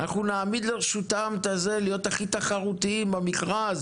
אנחנו נעמיד לרשותם את ה --- להיות הכי תחרותיים במכרז,